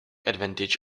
advantage